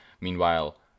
Meanwhile